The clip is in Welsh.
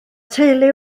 teulu